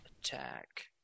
Attack